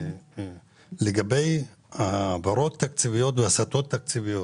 לגבי העברות תקציביות והסטות תקציביות,